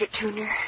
Tuner